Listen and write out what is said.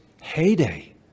heyday